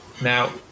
now